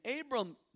Abram